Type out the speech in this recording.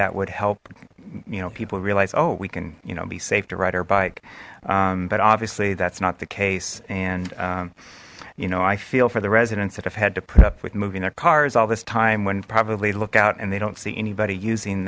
that would help you know people realize oh we can you know be safe to ride our bike but obviously that's not the case and you know i feel for the residents that have had to put up with moving their cars all this time when probably look out and they don't see anybody using